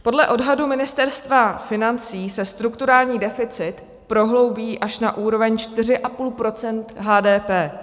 Podle odhadu Ministerstva financí se strukturální deficit prohloubí až na úroveň 4,5 % HDP.